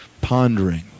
pondering